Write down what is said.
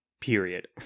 Period